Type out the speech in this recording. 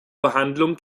behandlung